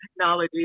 technology